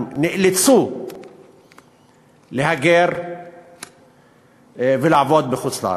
הם נאלצו להגר ולעבוד בחוץ-לארץ.